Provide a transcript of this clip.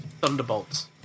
Thunderbolts